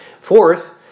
Fourth